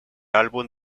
álbum